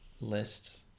list